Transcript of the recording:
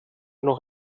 noch